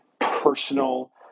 personal